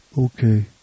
okay